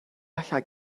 allai